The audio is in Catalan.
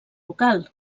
local